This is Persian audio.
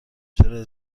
چرا